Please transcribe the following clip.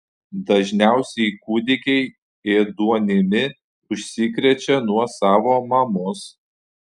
dažniausiai kūdikiai ėduonimi užsikrečia nuo savo mamos